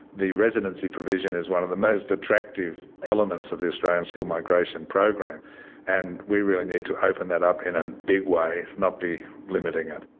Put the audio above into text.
the residency provision is one of the most attractive elements of the australian skilled migration program and we really need to open that up in a big way, not be limiting it.